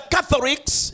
Catholics